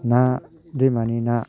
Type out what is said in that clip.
ना दैमानि ना